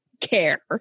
Care